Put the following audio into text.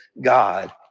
God